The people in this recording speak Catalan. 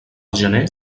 gener